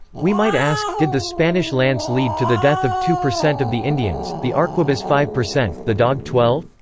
we might ask, did the spanish lance lead to the death of two percent of the indians, the arquebus five percent, the dog twelve.